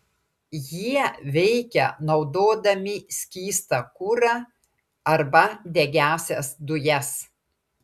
jie veikia naudodami skystą kurą arba degiąsias dujas